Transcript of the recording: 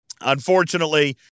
unfortunately